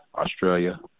Australia